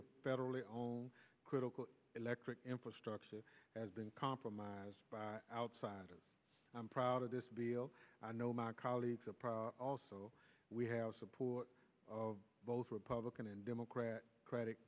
of federally owned critical electric infrastructure has been compromised by outsiders i'm proud of this deal i know my colleagues are proud also we have support of both republican and democrat credit